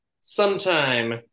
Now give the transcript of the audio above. sometime